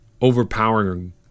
overpowering